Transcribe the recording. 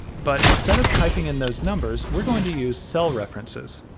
but instead of typing and those numbers, we're going to use cell references.